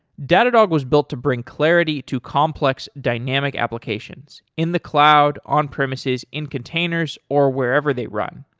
datadog was built to bring clarity to complex dynamic applications in the cloud, on-premises, in containers or wherever they run.